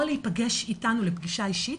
או בפגישה אישית איתנו,